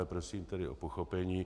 Prosím tedy o pochopení.